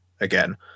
again